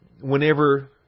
whenever